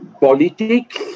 politics